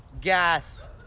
gas